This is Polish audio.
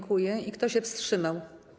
Kto się wstrzymał?